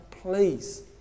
please